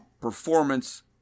performance